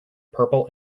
purple